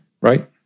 right